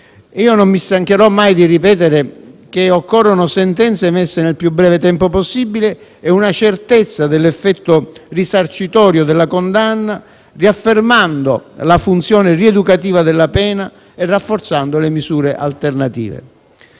Io non mi stancherò mai di ripetere che occorrono sentenze emesse nel più breve tempo possibile e una certezza dell'effetto risarcitorio della condanna, riaffermando la funzione rieducativa della pena e rafforzando le misure alternative.